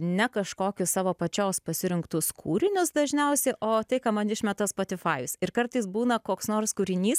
ne kažkokius savo pačios pasirinktus kūrinius dažniausiai o tai ką man išmeta spotifajus ir kartais būna koks nors kūrinys